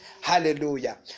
Hallelujah